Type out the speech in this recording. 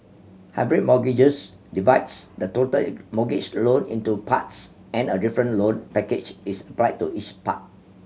hybrid mortgages divides the total mortgage loan into parts and a different loan package is applied to each part